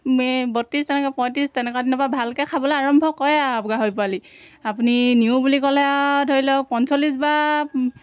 বত্ৰিছ তেনেকুৱা পঁয়ত্ৰিছ তেনেকুৱা দিনৰপৰা ভালকৈ খাবলৈ আৰম্ভ কৰে আৰু গাহৰি পোৱালি আপুনি নিও বুলি ক'লে আৰু ধৰি লওক পঞ্চল্লিছ বা